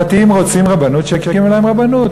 הדתיים רוצים רבנות, שיקימו להם רבנות.